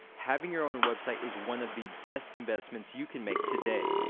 having your own website is one of the best investments you can make today.